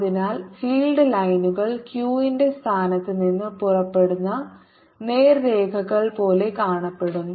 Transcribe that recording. അതിനാൽ ഫീൽഡ് ലൈനുകൾ q ന്റെ സ്ഥാനത്ത് നിന്ന് പുറപ്പെടുന്ന നേർരേഖകൾ പോലെ കാണപ്പെടും